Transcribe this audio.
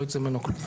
לא ייצא ממנו כלום.